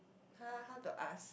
!huh! how to ask